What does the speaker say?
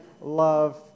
love